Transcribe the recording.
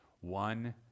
one